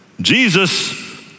Jesus